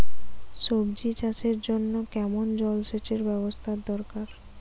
সবজি চাষের জন্য কেমন জলসেচের ব্যাবস্থা দরকার?